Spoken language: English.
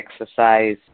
exercise